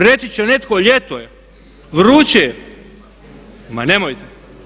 Reći će netko ljeto je, vruće je, ma nemojte!